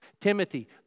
Timothy